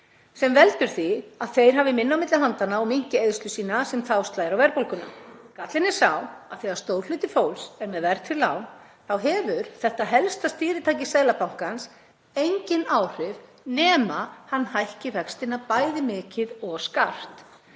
greiðslubyrði, þeir hafi minna á milli handanna og minnki eyðslu sína sem þá slær á verðbólguna. Gallinn er sá að þegar stór hluti fólks er með verðtryggð lán þá hefur þetta helsta stýritæki Seðlabankans engin áhrif nema hann hækki vextina bæði mikið og skarpt.